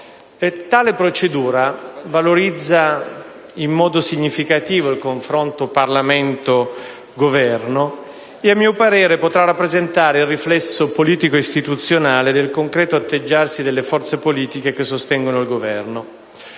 Tale procedura valorizza in modo significativo il confronto Parlamento-Governo e a mio parere potrà rappresentare il riflesso politico-istituzionale del concreto atteggiarsi delle forze politiche che sostengono il Governo.